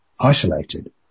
isolated